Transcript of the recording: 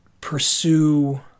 pursue